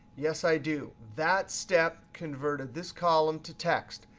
yes, i do. that step converted this column to text.